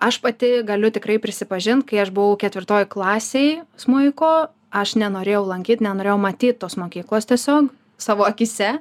aš pati galiu tikrai prisipažint kai aš buvau ketvirtoj klasėj smuiko aš nenorėjau lankyt nenorėjau matyt tos mokyklos tiesiog savo akyse